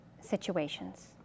situations